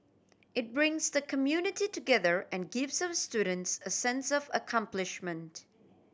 it brings the community together and gives our students a sense of accomplishment